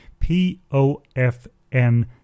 POFN